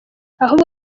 ahubwo